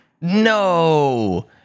No